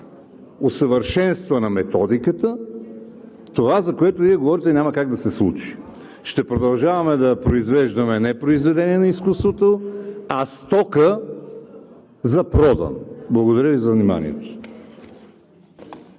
усъвършенствана методиката – това, за което Вие говорите, няма как да се случи. Ще продължаваме да произвеждаме не произведение на изкуството, а стока за продан. Благодаря Ви за вниманието.